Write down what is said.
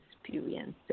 experience